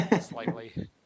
slightly